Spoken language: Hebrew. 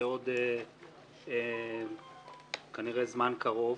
כנראה בעוד זמן קרוב,